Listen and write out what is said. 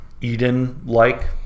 Eden-like